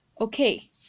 Okay